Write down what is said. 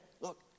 Look